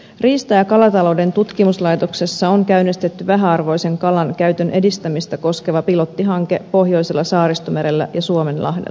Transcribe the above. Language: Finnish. riista ja kalatalouden tutkimuslaitoksessa on käynnistetty vähäarvoisen kalan käytön edistämistä koskeva pilottihanke pohjoisella saaristomerellä ja suomenlahdella